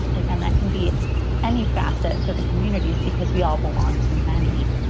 again, that can be any facet for the communities because we all belong to many?